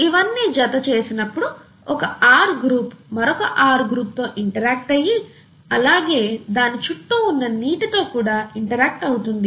ఇవన్నీ జత చేసినప్పుడు ఒక R గ్రూప్ మరొక R గ్రూప్ తో ఇంటరాక్ట్ అయ్యి అలాగే దాని చుట్టూ ఉన్న నీటితో కూడా ఇంటరాక్ట్ అవుతుంది